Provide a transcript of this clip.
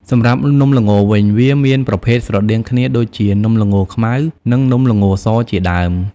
សម្រាប់់នំល្ងវិញ វាមានប្រភេទស្រដៀងគ្នា ដូចជា នំល្ងខ្មៅ និងនំល្ងសជាដើម។